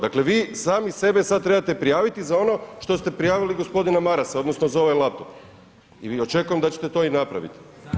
Dakle, vi sami sebe sad trebate prijaviti za ono što ste prijavili g. Marasa odnosno za ovaj laptop i očekujem da ćete to i napravit.